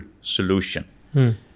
solution